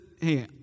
Hey